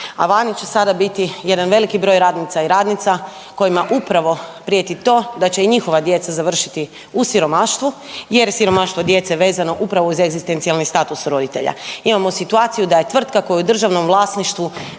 a vani će sada biti jedan veliki broj radnica i radnica kojima upravo prijeti to da će i njihova djeca završiti u siromaštvo jer siromaštvo djece je vezano upravo uz egzistencijalni status roditelja. Imamo situaciju da je tvrtka koja je u državnoj vlasništvu